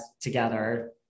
together